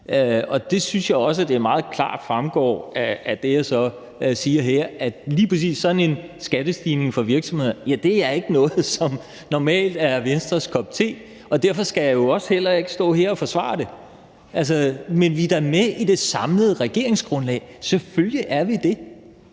Og jeg synes også, at det fremgår meget klart af det, jeg så siger her: at lige præcis sådan en skattestigning for virksomheder ikke er noget, som normalt er Venstres kop te. Og derfor skal jeg jo heller ikke stå her og forsvare det. Men vi er da med i det samlede regeringsgrundlag – selvfølgelig er vi det.